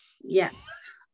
Yes